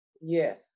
Yes